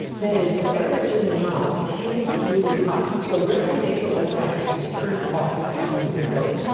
that is, whatever is in your mouth can't move up. so retronasal olfaction is turned off by plugging your nose.